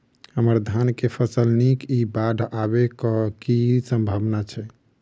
हम्मर धान केँ फसल नीक इ बाढ़ आबै कऽ की सम्भावना छै?